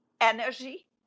energy